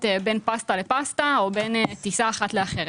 בין פסטה לפסטה או בין טיסה אחת לאחרת.